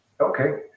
okay